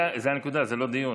זאת הנקודה, זה לא דיון.